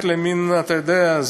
אתה יודע,